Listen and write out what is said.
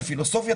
בפילוסופיה,